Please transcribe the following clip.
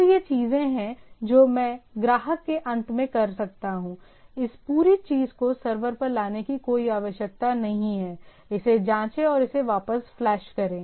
तो ये चीजें हैं जो मैं ग्राहक के अंत में कर सकता हूं इस पूरी चीज को सर्वर पर लाने की कोई आवश्यकता नहीं है इसे जांचें और इसे वापस फ्लैश करें